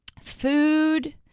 Food